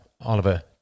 Oliver